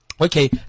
Okay